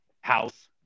House